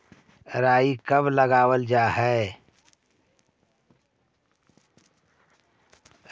राई कब लगावल जाई?